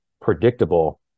predictable